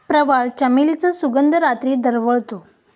प्रवाळ, चमेलीचा सुगंध रात्री दरवळतो